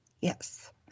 Yes